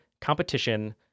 competition